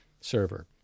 server